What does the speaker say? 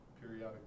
Periodic